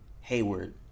Hayward